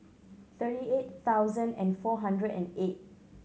thirty eight thousand and four hundred and eight